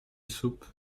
soupe